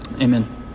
amen